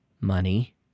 money